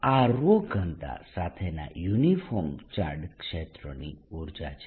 આ ઘનતા સાથેના યુનિફોર્મ ચાર્જ્ડ ક્ષેત્રની ઉર્જા છે